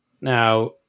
Now